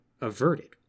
averted